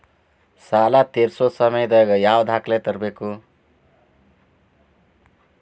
ಸಾಲಾ ತೇರ್ಸೋ ಸಮಯದಾಗ ಯಾವ ದಾಖಲೆ ತರ್ಬೇಕು?